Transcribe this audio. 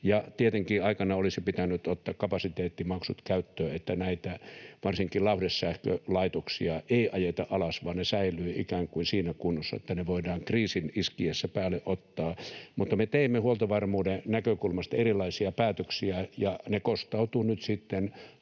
Tietenkin aikanaan olisi pitänyt ottaa kapasiteettimaksut käyttöön, niin että varsinkaan näitä lauhdesähkölaitoksia ei ajeta alas vaan ne säilyvät ikään kuin siinä kunnossa, että ne voidaan kriisin iskiessä päälle ottaa, mutta me teimme huoltovarmuuden näkökulmasta erilaisia päätöksiä, ja ne kostautuvat nyt sitten